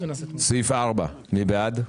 סעיף 4, מי בעד?